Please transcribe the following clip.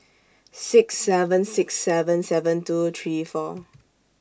six seven six seven seven two three four